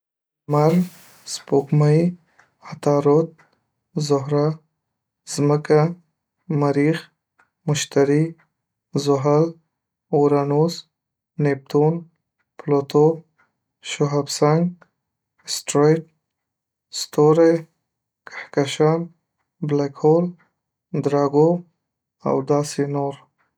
.لمر، سپوږمۍ، عطارد، زهره، ځمکه، مریخ، مشتري، زحل، اورانوس، نیپتون، پلوتو، شهاب‌سنگ، اسټروئید، ستوری، کهکشان، بلک هول، دراګو او داسي نور